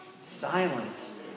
Silence